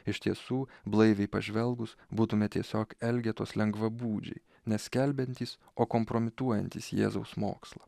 iš tiesų blaiviai pažvelgus būtume tiesiog elgetos lengvabūdžiai neskelbiantys o kompromituojantys jėzaus mokslą